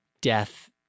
death